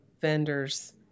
vendors